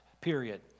period